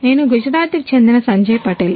నేను గుజరాత్కు చెందిన సంజయ్ పటేల్